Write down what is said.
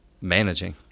managing